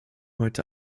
heute